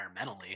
environmentally